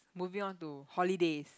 moving on to holidays